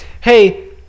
hey